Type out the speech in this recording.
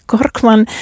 Korkman